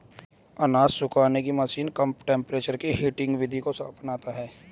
अनाज सुखाने की मशीन कम टेंपरेचर की हीटिंग विधि को अपनाता है